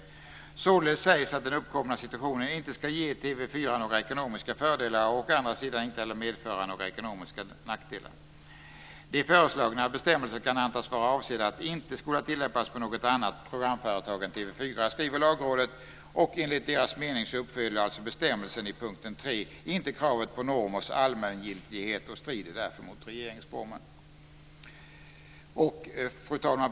Således sägs att den uppkomna situationen å ena sidan inte ska ge TV 4 några ekonomiska fördelar, å andra sidan inte heller medföra några ekonomiska nackdelar. De föreslagna bestämmelserna kan antas vara avsedda att inte skola tillämpas på något annat programföretag än TV 4, skriver Lagrådet. Enligt Lagrådets mening uppfyller alltså bestämmelsen i punkt 3 inte kravet på normers allmängiltighet och strider därför mot regeringsformen. Fru talman!